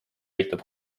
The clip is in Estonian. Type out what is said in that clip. aitab